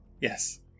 Yes